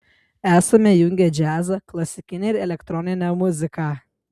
esame jungę džiazą klasikinę ir elektroninę muziką